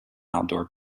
outdoor